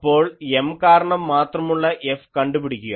അപ്പോൾ M കാരണം മാത്രമുള്ള F കണ്ടുപിടിക്കുക